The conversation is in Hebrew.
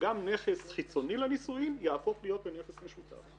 שגם נכס חיצוני לנישואין יהפוך להיות לנכס משותף.